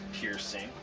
piercing